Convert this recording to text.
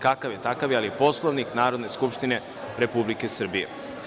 Kakav je takav je, ali Poslovnik je Narodne skupštine Republike Srbije.